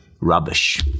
rubbish